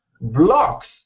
Blocks